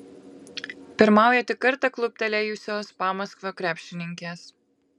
pirmauja tik kartą kluptelėjusios pamaskvio krepšininkės